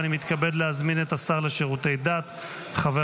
אני מתכבד להזמין את השר לשירותי דת חבר